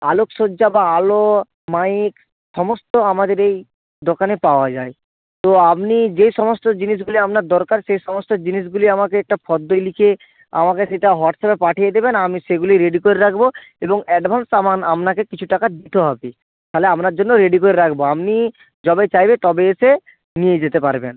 আলোকসজ্জা বা আলো মাইক সমস্ত আমাদের এই দোকানে পাওয়া যায় তো আপনি যে সমস্ত জিনিসগুলি আপনার দরকার সে সমস্ত জিনিসগুলি আমাকে একটা ফর্দয় লিখে আমাকে সেটা হোয়াটসঅ্যাপে পাঠিয়ে দেবেন আর আমি সেগুলি রেডি করে রাখব এবং অ্যাডভান্স সামান আপনাকে কিছু টাকা দিতে হবে তাহলে আপনার জন্য রেডি করে রাখব আপনি যবে চাইবে তবে এসে নিয়ে যেতে পারবেন